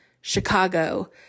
Chicago